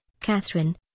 Catherine